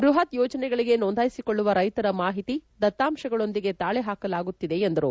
ಬೃಹತ್ ಯೋಜನೆಗಳಿಗೆ ನೋಂದಾಯಿಸಿಕೊಳ್ಳುವ ರೈತರ ಮಾಹಿತಿ ದತ್ತಾಂಶಗಳೊಂದಿಗೆ ತಾಳೆ ಹಾಕಲಾಗುತ್ತದೆ ಎಂದರು